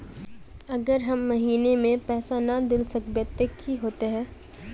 अगर हर महीने पैसा ना देल सकबे ते की होते है?